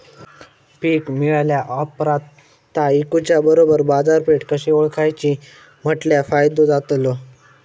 पीक मिळाल्या ऑप्रात ता इकुच्या बरोबर बाजारपेठ कशी ओळखाची म्हटल्या फायदो जातलो?